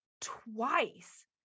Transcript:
twice